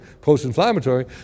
post-inflammatory